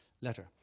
letter